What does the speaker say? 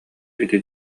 ити